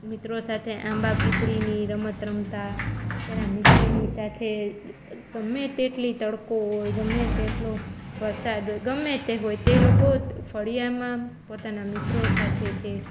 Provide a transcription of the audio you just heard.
મિત્રો સાથે આંબા પીપળીની રમત રમતાં તેનાં મિત્રોની સાથે ગમે તેટલો તડકો હોય ગમે તેટલો વરસાદ હોય ગમે તે હોય તે લોકો ફળિયામાં પોતાના મિત્રો સાથે છે